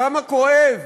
כמה כואב,